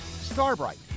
Starbright